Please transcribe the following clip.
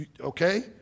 Okay